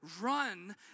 run